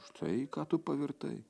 štai į ką tu pavirtai